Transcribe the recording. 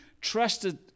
trusted